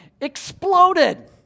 exploded